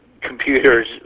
computers